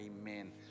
amen